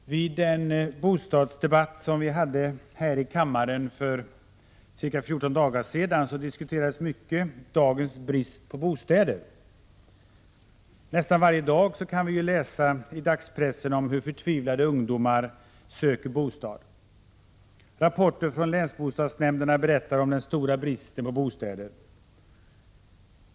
Herr talman! Vid den bostadsdebatt som vi hade här i kammaren för ca 14 dagar sedan diskuterades mycket dagens brist på bostäder. Nästan varje dag kan vi läsa i dagspressen om hur förtvivlade ungdomar söker bostad. Rapporter från länsbostadsnämnderna berättar om den stora bristen på bostäder.